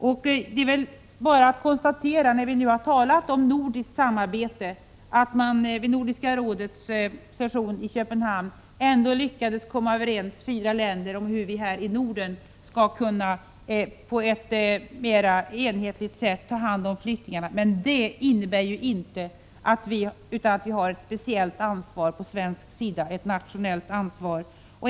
När vi nu har talat om nordiskt samarbete är det väl bara att konstatera att fyra länder vid Nordiska rådets session i Köpenhamn ändå lyckades komma överens om hur vi här i Norden på ett mer enhetligt sätt skall ta hand om flyktingarna. Det innebär inte att Sverige inte skulle ha ett nationellt ansvar.